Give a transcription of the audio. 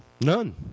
None